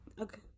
Okay